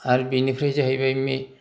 आरो बिनिफ्राय जाहैबाय